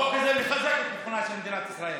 תגידו: החוק הזה פוגע במדינת ישראל.